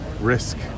risk